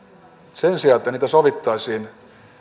sen sijaan että niistä sovittaisiin